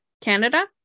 canada